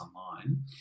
online